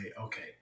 okay